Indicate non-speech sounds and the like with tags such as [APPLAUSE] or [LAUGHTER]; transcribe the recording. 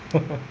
[LAUGHS]